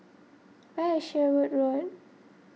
where is Sherwood Road